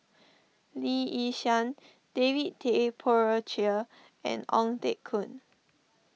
Lee Yi Shyan David Tay Poey Cher and Ong Teng Koon